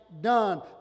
done